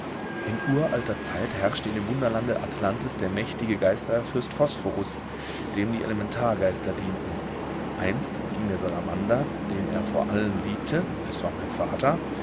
in uralter zeit herrschte in dem wunderlande atlantis der mächtige geisterfürst phosphorus dem die elementargeister dienten einst ging der salamander den er vor allen liebte es war mein vater